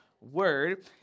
Word